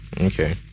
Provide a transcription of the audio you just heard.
Okay